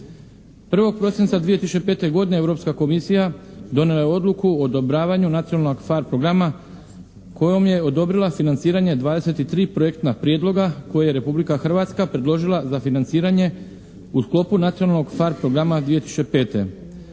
1. prosinca 2005. godine Europska komisija donijela je odluku o odobravanju nacionalnog PHARE programa kojom je odobrila financiranje 23 projektna prijedloga koje je Republika Hrvatska predložila za financiranje u sklopu nacionalnog PHARE programa 2005.